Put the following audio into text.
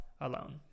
alone